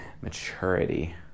maturity